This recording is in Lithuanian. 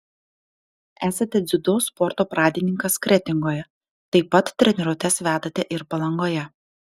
esate dziudo sporto pradininkas kretingoje taip pat treniruotes vedate ir palangoje